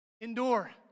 Endure